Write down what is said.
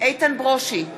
איתן ברושי,